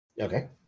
Okay